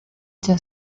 cya